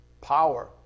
power